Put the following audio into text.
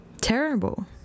terrible